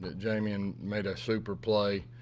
but jamie and made a super play.